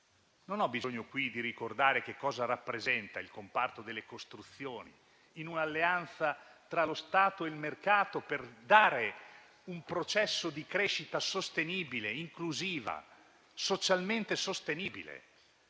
Non ho bisogno qui di ricordare cosa rappresenta il comparto delle costruzioni, in un'alleanza tra lo Stato e il mercato per creare un processo di crescita socialmente sostenibile